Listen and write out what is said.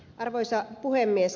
arvoisa puhemies